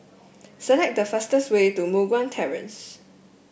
select the fastest way to Moh Guan Terrace